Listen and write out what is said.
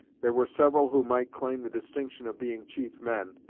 there were several who might claim the distinction of being chief men,